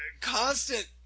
constant